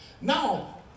Now